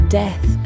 death